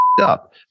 up